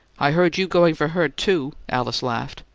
i heard you going for her, too! alice laughed.